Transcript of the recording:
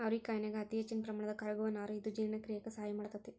ಅವರಿಕಾಯನ್ಯಾಗ ಅತಿಹೆಚ್ಚಿನ ಪ್ರಮಾಣದ ಕರಗುವ ನಾರು ಇದ್ದು ಜೇರ್ಣಕ್ರಿಯೆಕ ಸಹಾಯ ಮಾಡ್ತೆತಿ